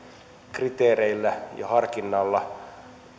kriteereillä ja harkinnalla